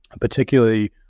Particularly